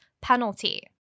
penalty